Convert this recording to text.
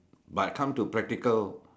but come to practical